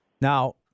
Now